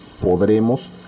podremos